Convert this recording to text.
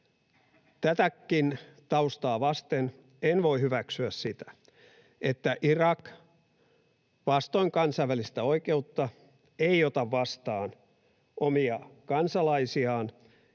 Tätäkään taustaa vasten en voi hyväksyä sitä, että Irak, vastoin kansainvälistä oikeutta, ei ota vastaan omia kansalaisiaan,